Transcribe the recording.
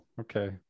okay